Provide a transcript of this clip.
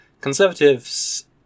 Conservatives